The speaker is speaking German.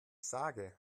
sage